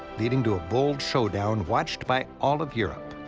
leading to a bold showdown watched by all of europe.